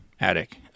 attic